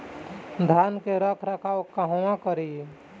धान के रख रखाव कहवा करी?